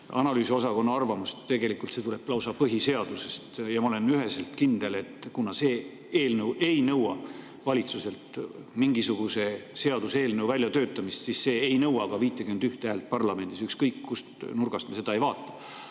analüüsiosakonna arvamust kuulatakse. Tegelikult tuleb see lausa põhiseadusest. Ja ma olen üheselt kindel, et kuna see eelnõu ei nõua valitsuselt mingisuguse seaduseelnõu väljatöötamist, siis see ei nõua ka 51 häält parlamendis, ükskõik kust nurga alt me seda ka